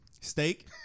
steak